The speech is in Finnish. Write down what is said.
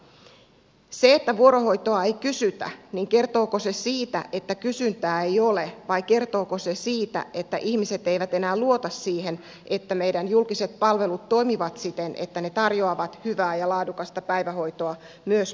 kertooko se että vuorohoitoa ei kysytä siitä että kysyntää ei ole vai kertooko se siitä että ihmiset eivät enää luota siihen että meidän julkiset palvelut toimivat siten että ne tarjoavat hyvää ja laadukasta päivähoitoa myös poikkeusaikoina